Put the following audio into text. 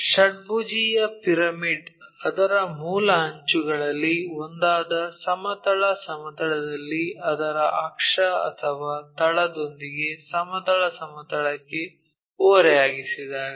ಷಡ್ಭುಜೀಯ pyramid ಅದರ ಮೂಲ ಅಂಚುಗಳಲ್ಲಿ ಒಂದಾದ ಸಮತಲ ಸಮತಲದಲ್ಲಿ ಅದರ ಅಕ್ಷ ಅಥವಾ ತಳದೊಂದಿಗೆ ಸಮತಲ ಸಮತಲಕ್ಕೆ ಓರೆಯಾಗಿಸಿದಾಗ